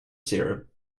syrup